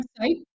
website